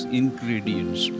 ingredients